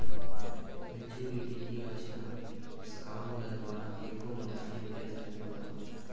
మెచ్చురిటీకి వచ్చిన స్కాముల ద్వారా ఎక్కువ మొత్తాన్ని ఒకేసారి పొందవచ్చు